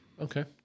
Okay